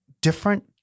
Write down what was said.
different